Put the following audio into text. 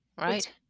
Right